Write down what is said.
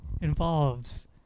involves